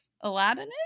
Aladdin